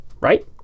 right